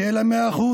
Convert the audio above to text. שיהיה להם 100%,